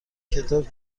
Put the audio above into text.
کتاب